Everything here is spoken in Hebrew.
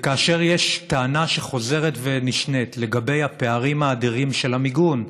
וכאשר יש טענה שחוזרת ונשנית לגבי הפערים האדירים של המיגון,